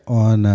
on